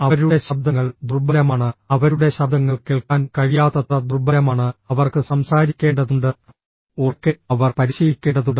അവരുടെ ശബ്ദങ്ങൾ ദുർബലമാണ് അവരുടെ ശബ്ദങ്ങൾ കേൾക്കാൻ കഴിയാത്തത്ര ദുർബലമാണ് അവർക്ക് സംസാരിക്കേണ്ടതുണ്ട് ഉറക്കെ അവർ പരിശീലിക്കേണ്ടതുണ്ട്